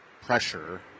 pressure